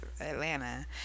Atlanta